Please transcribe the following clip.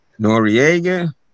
Noriega